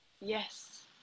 yes